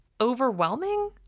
overwhelming